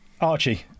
Archie